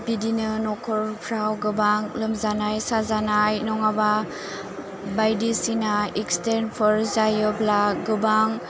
बिदिनो नखरफ्राव गोबां लोमजानाय साजानाय नङाबा बायदिसिना इक्सस्टेनफोर जायोब्ला गोबां